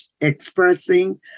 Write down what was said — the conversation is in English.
expressing